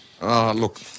Look